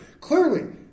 clearly